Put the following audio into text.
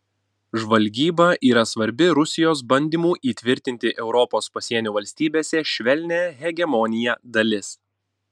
žvalgyba yra svarbi rusijos bandymų įtvirtinti europos pasienio valstybėse švelnią hegemoniją dalis